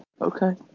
okay